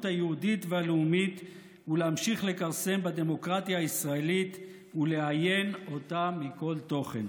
היהודית והלאומית ולהמשיך לכרסם בדמוקרטיה הישראלית ולאיין אותה מכל תוכן.